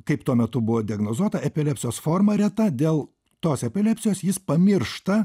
kaip tuo metu buvo diagnozuota epilepsijos forma reta dėl tos epilepsijos jis pamiršta